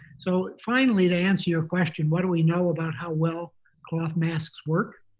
so finally to answer your question what do we know about how well cloth masks work?